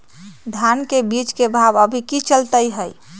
धान के बीज के भाव अभी की चलतई हई?